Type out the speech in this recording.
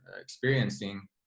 experiencing